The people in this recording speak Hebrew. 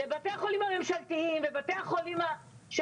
לבתי החולים הממשלתיים ולבתי החולים של